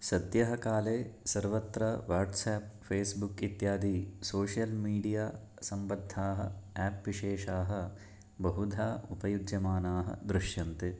सद्यः काले सर्वत्र वाट्सप् फेस्बुक् इत्यादि सोश्यल्मिडियासम्बद्धाः आप् विशेषाः बहुधा उपयुज्यमानाः दृश्यन्ते